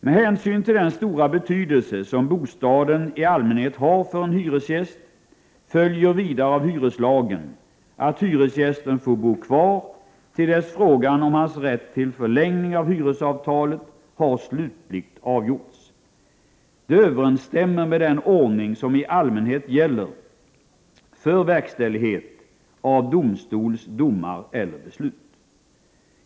Med hänsyn till den stora betydelse som bostaden i allmänhet har för en hyresgäst följer vidare av hyreslagen att hyresgästen får bo kvar till dess frågan om hans rätt till förlängning av hyresavtalet har slutligt avgjorts. Detta överensstämmer med den ordning som i allmänhet gäller för verkställighet av domstols domar eller beslut.